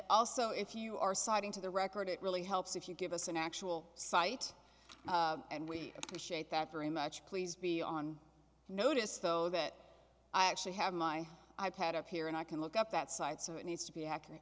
also if you are siding to the record it really helps if you give us an actual site and we appreciate that very much please be on notice though that i actually have my i pad up here and i can look up that site so it needs to be